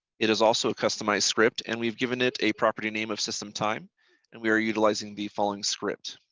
it is also a customized script and we've given it a property name of system time and we are utilizing the following script.